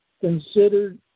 considered